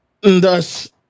thus